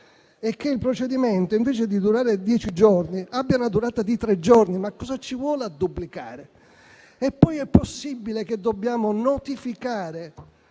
e che il procedimento, invece di durare dieci giorni, abbia una durata di tre giorni. Ma cosa ci vuole a duplicare? È poi possibile che dobbiamo notificare